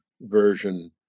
version